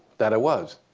that i was.